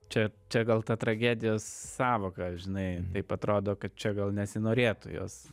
čia čia gal ta tragedija sąvoka žinai taip atrodo kad čia gal nesinorėtų jos